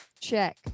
check